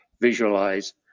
visualize